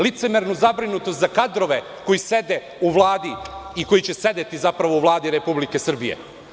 Licemernu zabrinutost za kadrove koji sede u Vladi i koji će sedeti u Vladi Republike Srbije.